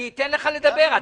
אני אתן לך לדבר.